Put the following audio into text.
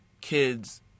kids